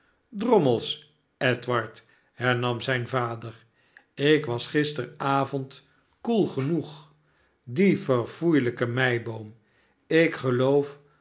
drommels edward hernam zijn vader lik was gisteravond koel genoeg die verfoeilijke meiboom ik geloof